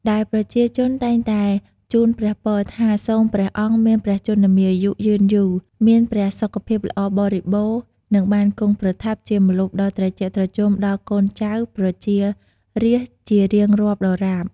ដែលប្រជាជនតែងតែ ជូនព្រះពរ ថា សូមព្រះអង្គមានព្រះជន្មាយុយឺនយូរ មានព្រះសុខភាពល្អបរិបូរណ៍ និងបាន គង់ប្រថាប់ជាម្លប់ដ៏ត្រជាក់ត្រជុំ ដល់ កូនចៅប្រជារាស្ត្រជារៀងរាបដរាប។